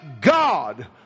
God